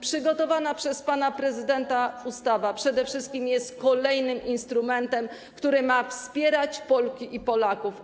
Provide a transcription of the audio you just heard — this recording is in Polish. Przygotowana przez pana prezydenta ustawa przede wszystkim jest kolejnym instrumentem, który ma wspierać Polki i Polaków.